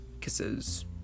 Kisses